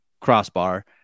crossbar